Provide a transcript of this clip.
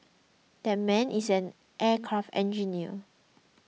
that man is an aircraft engineer